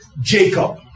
Jacob